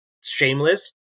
Shameless